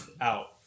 out